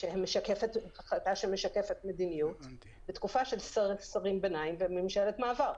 החלטה שמשקפת מדיניות בתקופה של שרי ביניים וממשלת מעבר.